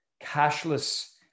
cashless